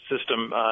system